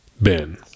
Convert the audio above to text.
ben